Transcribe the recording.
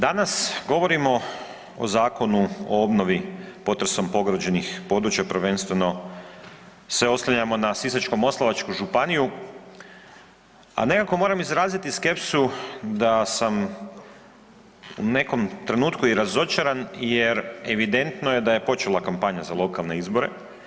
Danas govorimo o Zakonu o obnovi potresom pogođenih područja prvenstveno se oslanjamo na Sisačko-moslavačku županiju, a nekako moram izraziti skepsu da sam u nekom trenutku i razočaran jer evidentno je da je počela kampanja za lokalne izbore.